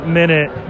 minute